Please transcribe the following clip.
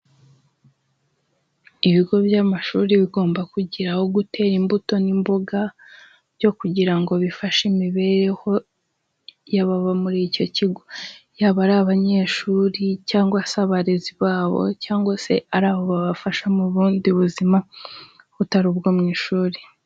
Ibigo by'amashuri bigomba kugira aho gutera imbuto n'imboga byo kugira ngo bifashe imibereho y'ababa muri icyo kigo, yaba ari abanyeshuri cyangwa se abarezi babo cyangwa se ari abo, babafasha mu bundi buzima butari ubwo mu ishuri.